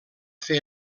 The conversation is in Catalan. fer